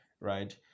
right